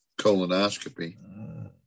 colonoscopy